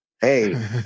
Hey